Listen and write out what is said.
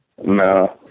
No